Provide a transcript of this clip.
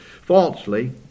falsely